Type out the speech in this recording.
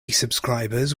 subscribers